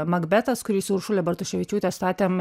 makbetas kurį su uršule bartoševičiūte statėm